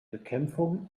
bekämpfung